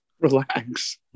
Relax